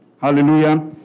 Hallelujah